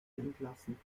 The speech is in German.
entlassen